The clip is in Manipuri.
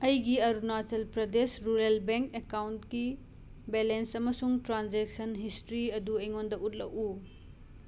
ꯑꯩꯒꯤ ꯑꯔꯨꯅꯥꯆꯜ ꯄ꯭ꯔꯗꯦꯁ ꯔꯨꯔꯦꯜ ꯕꯦꯡ ꯑꯦꯀꯥꯎꯟꯀꯤ ꯕꯦꯂꯦꯟꯁ ꯑꯃꯁꯨꯡ ꯇ꯭ꯔꯥꯟꯖꯦꯛꯁꯟ ꯍꯤꯁꯇ꯭ꯔꯤ ꯑꯗꯨ ꯑꯩꯉꯣꯟꯗ ꯎꯠꯂꯛꯎ